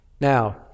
Now